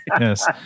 Yes